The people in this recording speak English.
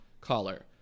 Caller